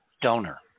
donor